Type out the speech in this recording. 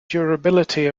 durability